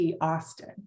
Austin